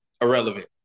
Irrelevant